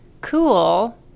cool